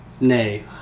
Nay